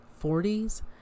40s